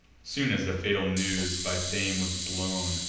soon as the fatal news by fame was blown,